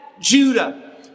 Judah